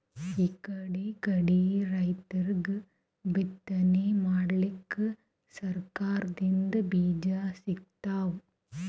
ಇಕಡಿಕಡಿ ರೈತರಿಗ್ ಬಿತ್ತನೆ ಮಾಡಕ್ಕ್ ಸರಕಾರ್ ದಿಂದ್ ಬೀಜಾ ಸಿಗ್ತಾವ್